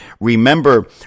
Remember